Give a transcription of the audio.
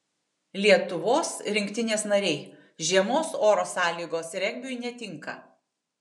lietuvos rinktinės nariai žiemos oro sąlygos regbiui netinka